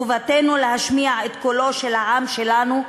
חובתנו להשמיע את קולו של העם שלנו,